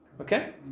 Okay